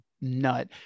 nut